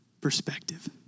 perspective